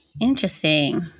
Interesting